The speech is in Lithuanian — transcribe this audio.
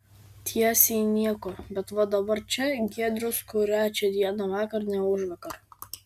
tiesiai nieko bet va dabar čia giedrius kurią čia dieną vakar ne užvakar